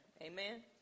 Amen